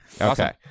Okay